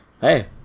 hey